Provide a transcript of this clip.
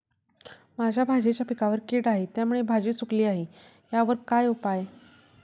माझ्या भाजीच्या पिकावर कीड आहे त्यामुळे भाजी सुकली आहे यावर काय उपाय?